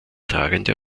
tragende